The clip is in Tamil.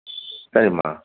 சரிம்மா